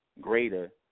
greater